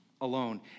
alone